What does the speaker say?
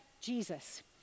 Jesus